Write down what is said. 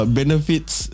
benefits